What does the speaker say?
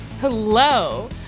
hello